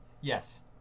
Yes